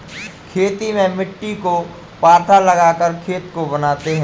खेती में मिट्टी को पाथा लगाकर खेत को बनाते हैं?